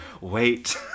wait